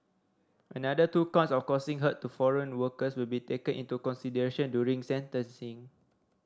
another two counts of causing hurt to foreign workers will be taken into consideration during sentencing